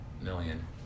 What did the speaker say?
million